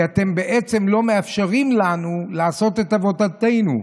כי אתם בעצם לא מאפשרים לנו לעשות את עבודתנו.